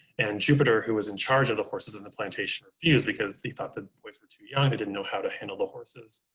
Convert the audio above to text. and jupiter who was in charge of the horses in the plantation refused because they thought the boys were too young. they didn't know how to handle the horses.